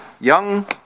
young